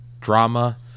drama